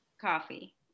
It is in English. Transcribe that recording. Coffee